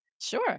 Sure